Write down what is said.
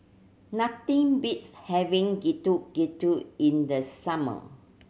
nothing beats having Getuk Getuk in the summer